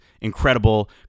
incredible